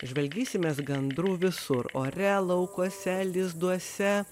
žvalgysimės gandrų visur ore laukuose lizduose